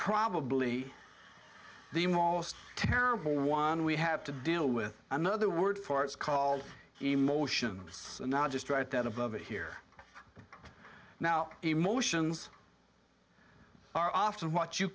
probably the most terrible one we have to deal with another word for it is called emotion it's not just right that above here now emotions are often what you